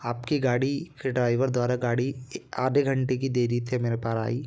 आपकी गाड़ी के ड्राइवर द्वारा गाड़ी आधे घंटे की देरी थे मेरे पार आई